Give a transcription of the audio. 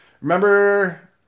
Remember